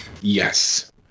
Yes